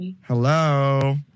Hello